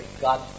God